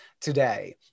today